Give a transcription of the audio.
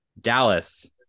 Dallas